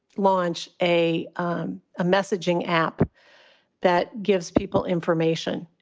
launch a um messaging app that gives people information.